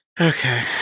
Okay